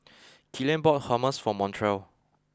Killian bought Hummus for Montrell